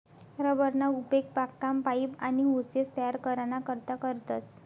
rubber ना उपेग बागकाम, पाइप, आनी होसेस तयार कराना करता करतस